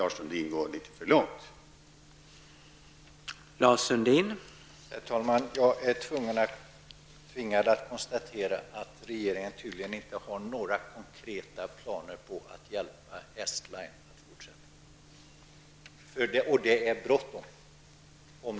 Det vore på gränsen till ministerstyre att göra något sådant.